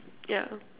ya